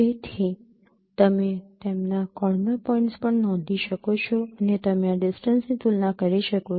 તેથી તમે તેમના કોર્નર પોઇન્ટ્સ પણ નોંધી શકો છો અને તમે આ ડિસ્ટન્સની તુલના કરી શકો છો